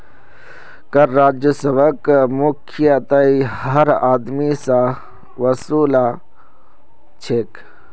कर राजस्वक मुख्यतयः हर आदमी स वसू ल छेक